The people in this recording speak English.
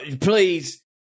please